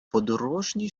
подорожній